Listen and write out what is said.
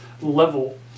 level